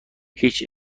هیچ